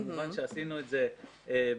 כמובן שעשינו את זה ביחד.